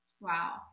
Wow